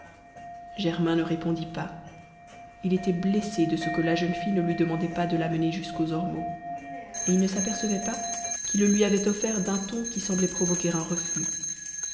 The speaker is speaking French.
germain ne répondit pas il était blessé de ce que la jeune fille ne lui demandait pas de la mener jusqu'aux ormeaux et il ne s'apercevait pas qu'il le lui avait offert d'un ton qui semblait provoquer un refus